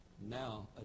now